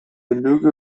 lüge